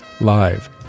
live